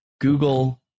Google